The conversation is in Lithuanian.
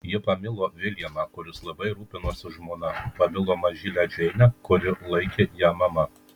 ji pamilo viljamą kuris labai rūpinosi žmona pamilo mažylę džeinę kuri laikė ją mama